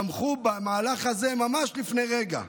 תמכו במהלך הזה ממש לפני רגע.